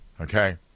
Okay